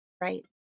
Right